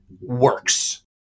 works